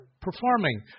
performing